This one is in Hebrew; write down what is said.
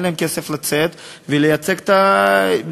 אין להם כסף לצאת ולייצג את המדינה.